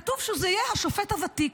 כתוב שזה יהיה השופט הוותיק,